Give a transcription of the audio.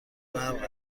برق